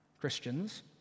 Christians